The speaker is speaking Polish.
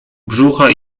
brzucha